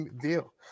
deal